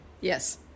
Yes